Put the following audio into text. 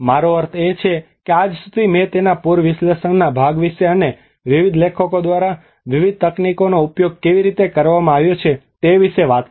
મારો અર્થ છે કે આજ સુધી મેં તેના પૂર વિશ્લેષણના ભાગ વિશે અને વિવિધ લેખકો દ્વારા વિવિધ તકનીકોનો ઉપયોગ કેવી રીતે કરવામાં આવ્યો છે તે વિશે વાત કરી